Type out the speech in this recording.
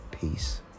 peace